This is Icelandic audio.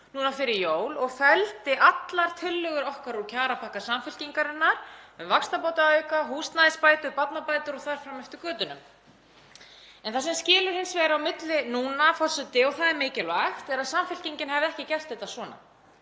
núna fyrir jól og felldi allar tillögur okkar, úr kjarapakka Samfylkingarinnar, um vaxtabótaauka, húsnæðisbætur, barnabætur og þar fram eftir götunum. Það sem skilur hins vegar á milli núna, og það er mikilvægt, er að Samfylkingin hefði ekki gert þetta svona,